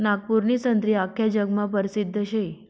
नागपूरनी संत्री आख्खा जगमा परसिद्ध शे